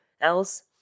else